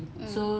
mm